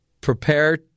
prepare